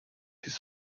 his